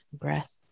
breath